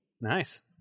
Nice